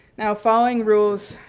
now following rules